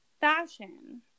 fashion